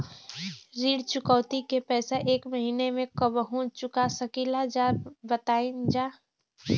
ऋण चुकौती के पैसा एक महिना मे कबहू चुका सकीला जा बताईन जा?